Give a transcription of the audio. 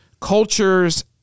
cultures